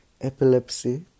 epilepsy